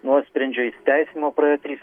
nuosprendžio įsiteisėjimo praėjo trys